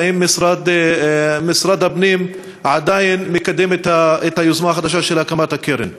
והאם משרד הפנים עדיין מקדם את היוזמה החדשה של הקמת הקרן?